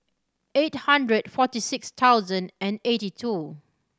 eight hundred forty six thousand and eighty two